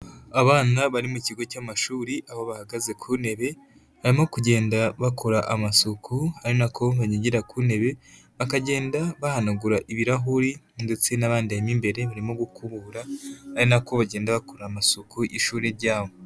Abana bari mu kigo cy'amashuri, aho bahagaze ku ntebe. Barimo kugenda bakora amasuku, ari na ko bagendera ku ntebe, bakagenda bahanagura ibirahuri, ndetse n'abandi barimo imbere, barimo gukubura, ari na ko bagenda bakora amasuku mu ishuri ryabo.